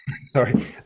sorry